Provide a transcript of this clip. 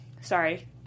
Sorry